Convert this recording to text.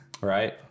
Right